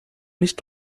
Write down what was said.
nicht